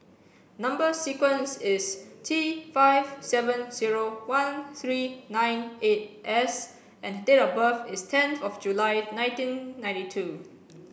number sequence is T five seven zero one three nine eight S and date of birth is tenth July nineteen ninety two